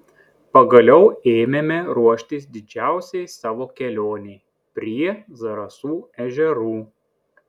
pagaliau ėmėme ruoštis didžiausiai savo kelionei prie zarasų ežerų